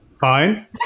fine